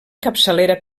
capçalera